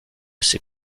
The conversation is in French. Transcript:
ses